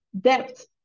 depth